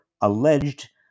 alleged